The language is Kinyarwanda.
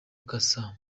cassa